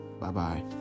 Bye-bye